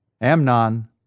Amnon